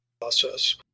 process